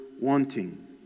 wanting